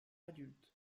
adulte